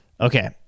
Okay